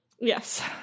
Yes